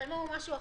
הם אמרו משהו אחר,